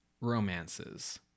romances